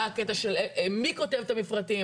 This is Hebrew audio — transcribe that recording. בקטע של מי כותב את המפרטים.